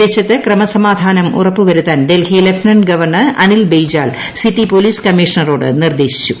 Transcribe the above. പ്രദേശത്ത് ക്രമസമാധാനം ഉറപ്പുവരുത്താൻ Delhi lieutenant governor Anil Baijal city police കമ്മീഷ്ണറോട് നിർദ്ദേശിച്ചു